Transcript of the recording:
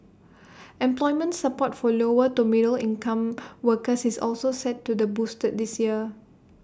employment support for lower to middle income workers is also set to the boosted this year